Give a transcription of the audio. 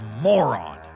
moron